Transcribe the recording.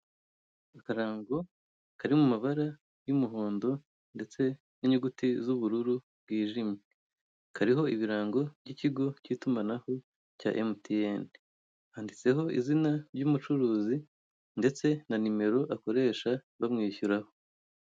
Akarango kari mu mabara y'umuhondo ndetse n'inyuguti z'ubururu bwijimye, kariho ibirango by'ikigo k'itumanaho cya emutiyeni handitseho izina ry'umucuruzi ndetse na nimero akoresha bamwishyuraho.